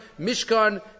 Mishkan